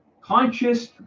Conscious